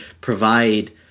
provide